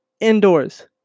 indoors